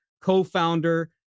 co-founder